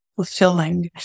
fulfilling